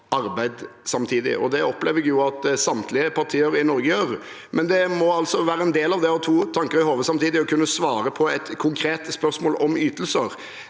arbeid samtidig, og det opplever jeg at samtlige partier i Norge gjør. Men det må være en del av det å ha to tanker i hodet samtidig å kunne svare på et konkret spørsmål om ytelser.